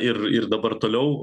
ir ir dabar toliau